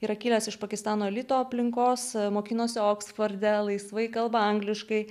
yra kilęs iš pakistano elito aplinkos mokinosi oksforde laisvai kalba angliškai